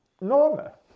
normal